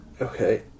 Okay